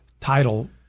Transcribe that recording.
title